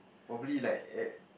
probably like